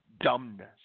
dumbness